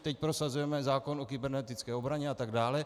Teď prosazujeme zákon o kybernetické obraně atd.